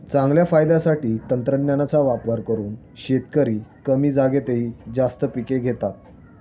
चांगल्या फायद्यासाठी तंत्रज्ञानाचा वापर करून शेतकरी कमी जागेतही जास्त पिके घेतात